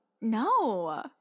No